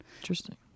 Interesting